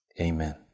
amen